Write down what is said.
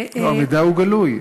המידע הוא גלוי,